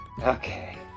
okay